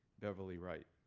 beverly wright.